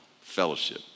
fellowship